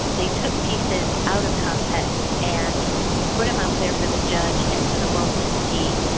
they took pieces out of context and put them out there for the judge and for the world to see.